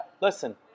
listen